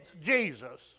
Jesus